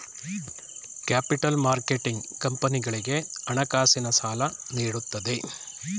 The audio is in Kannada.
ಕ್ಯಾಪಿಟಲ್ ಮಾರ್ಕೆಟಿಂಗ್ ಕಂಪನಿಗಳಿಗೆ ಹಣಕಾಸಿನ ಸಾಲ ನೀಡುತ್ತದೆ